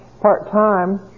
part-time